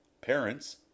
parents